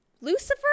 Lucifer